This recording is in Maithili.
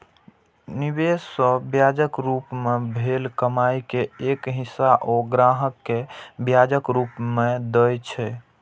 निवेश सं ब्याजक रूप मे भेल कमाइ के एक हिस्सा ओ ग्राहक कें ब्याजक रूप मे दए छै